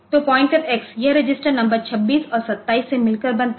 तो pointer X यह register number 26 और 27 से मिलकर बनता है